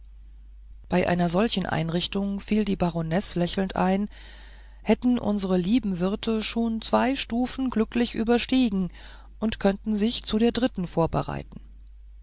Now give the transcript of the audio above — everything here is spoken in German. bei einer solchen einrichtung fiel die baronesse lächelnd ein hätten unsere lieben wirte schon zwei stufen glücklich überstiegen und könnten sich zu der dritten vorbereiten